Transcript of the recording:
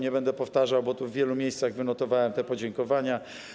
Nie będę tego powtarzał, bo w wielu miejscach wynotowałem te podziękowania.